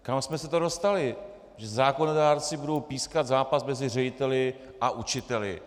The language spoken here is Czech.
Kam jsme se to dostali, že zákonodárci budou pískat zápas mezi řediteli a učiteli?